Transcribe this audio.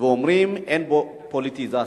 ואומרים שאין בה פוליטיזציה.